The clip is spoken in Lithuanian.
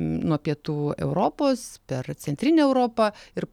nuo pietų europos per centrinę europą ir